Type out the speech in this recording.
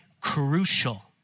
crucial